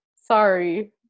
sorry